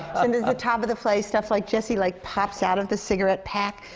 and at the top of the play, stuff like jessie, like, pops out of the cigarette pack.